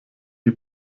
die